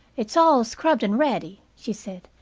it's all scrubbed and ready, she said.